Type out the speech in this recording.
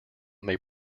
may